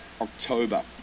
October